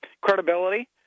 credibility